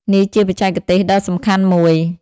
នេះជាបច្ចេកទេសដ៏សំខាន់មួយ។